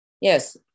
Yes